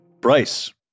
Bryce